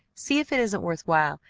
see if it isn't worth while,